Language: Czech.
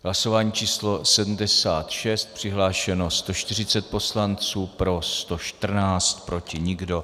Hlasování číslo 76, přihlášeno 140 poslanců, pro 114, proti nikdo.